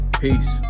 peace